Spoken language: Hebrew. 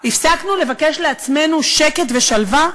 הפסקנו לבקש לעצמנו שקט ושלווה?